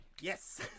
Yes